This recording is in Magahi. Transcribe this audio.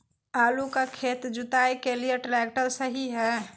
आलू का खेत जुताई के लिए ट्रैक्टर सही है?